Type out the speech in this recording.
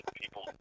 people